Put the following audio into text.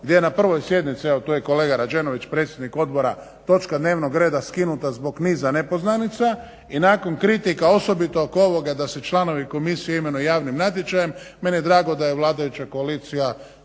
gdje na prvoj sjednici evo tu je kolega Rađenović predsjednik odbora točka dnevnog reda skinuta zbog niza nepoznanica i nakon kritika osobito oko ovoga da se članovi komisije imenuju javnim natječajem meni je drago da je vladajuća koalicija